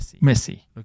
Missy